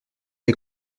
les